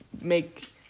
make